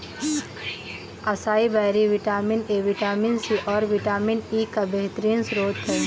acai berry vitamin A, vitamin C, और vitamin E का बेहतरीन स्त्रोत है